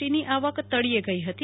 T ની આવક તળિયે ગઈ ફતી